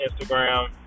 instagram